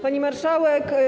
Pani Marszałek!